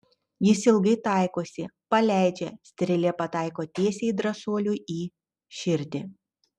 jis ilgai taikosi paleidžia strėlė pataiko tiesiai drąsuoliui į širdį